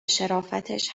شرافتش